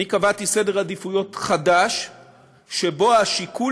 אני קבעתי סדר עדיפויות חדש שבו השיקול